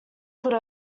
could